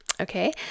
Okay